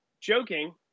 joking